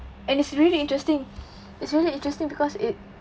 and it's really interesting it's really interesting because it